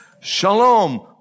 Shalom